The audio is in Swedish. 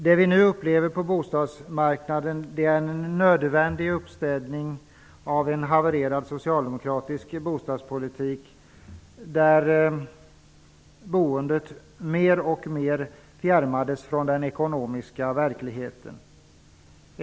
Det vi nu upplever på bostadsmarknaden är en nödvändig uppstädning av en havererad socialdemokratisk bostadspolitik där boendet mer och mer fjärmades från den ekonomiska verkligheten.